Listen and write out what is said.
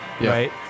right